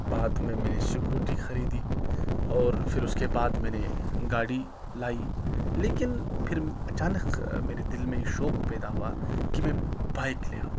بعد میں میں نے سیکوٹی خریدی اور پھر اس کے بعد میں نے گاڑی لائی لیکن پھر اچانک میرے دل میں شوق پیدا ہوا کہ میں بائک لے آؤں